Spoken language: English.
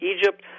Egypt